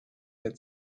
der